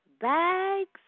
bags